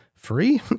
free